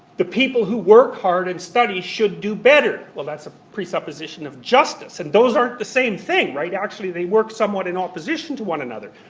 the people who work hard and study should do better. well that's a presupposition of justice. and those aren't the same thing, right? actually they work somewhat in opposition to one another.